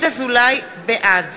בעד